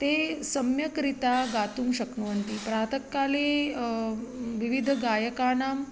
ते सम्यक्रीत्या गातुं शक्नुवन्ति प्रातः काले विविध गायकानाम्